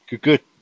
good